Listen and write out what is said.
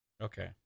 Okay